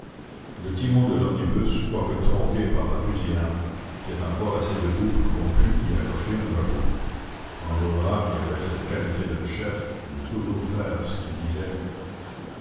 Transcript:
le timon de l'omnibus quoique tronqué par la fusillade était encore assez debout pour qu'on pût y accrocher un drapeau enjolras qui avait cette qualité d'un chef de toujours faire ce qu'il disait